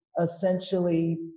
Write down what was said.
essentially